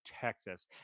texas